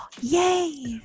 Yay